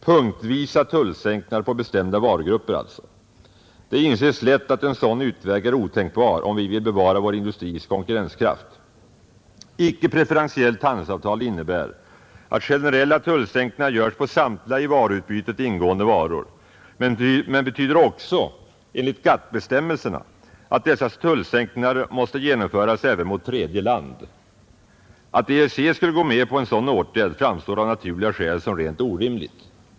Punktvisa tullsänkningar på bestämda varugrupper alltså. Det inses lätt att en sådan utväg är otänkbar om vi vill bevara vår industris konkurrenskraft. Icke preferentiellt handelsavtal innebär att generella tullsänkningar görs på samtliga i varuutbytet ingående varor, men betyder också enligt GATT-bestämmelserna att dessa tullsänkningar måste genomföras även mot tredje land. Att EEC skulle gå med på en sådan åtgärd framstår av naturliga skäl som rent orimligt.